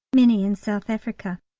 many in south africa.